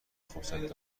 فرصت